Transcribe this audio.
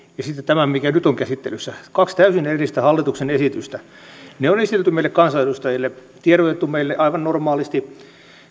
ja sitten tämä mikä nyt on käsittelyssä kaksi täysin erillistä hallituksen esitystä ne on esitelty meille kansanedustajille tiedotettu meille aivan normaalisti